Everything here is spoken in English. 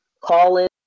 call-in